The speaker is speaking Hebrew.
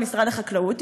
במשרד החקלאות,